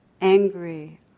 angry